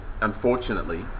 unfortunately